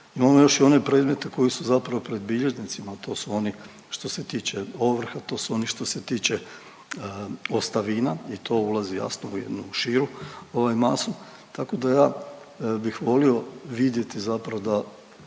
imamo još i one predmete koji su zapravo pred bilježnicima, to su oni što se tiče ovrha, to su oni što se tiče ostavina i to ulazi jasno u jednu širu ovaj masu, tako da ja bih volio vidjeti zapravo da